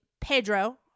Pedro